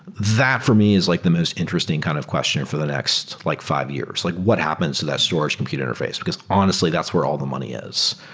that for me is like the most interesting kind of question for the next like five years. like what happens to that storage computer interface? because, honestly, that's where all the money is.